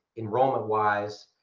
enrollment-wise,